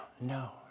No